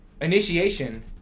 initiation